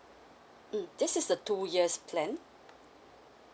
mm this is the two years plan